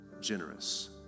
generous